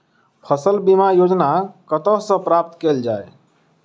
फसल बीमा योजना कतह सऽ प्राप्त कैल जाए?